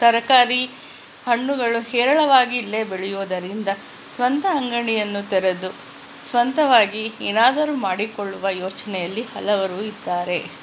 ತರಕಾರಿ ಹಣ್ಣುಗಳು ಹೇರಳವಾಗಿ ಇಲ್ಲೇ ಬೆಳೆಯೋದರಿಂದ ಸ್ವಂತ ಅಂಗಡಿಯನ್ನು ತೆರೆದು ಸ್ವಂತವಾಗಿ ಏನಾದರೂ ಮಾಡಿಕೊಳ್ಳುವ ಯೋಚನೆಯಲ್ಲಿ ಹಲವರು ಇದ್ದಾರೆ